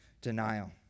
denial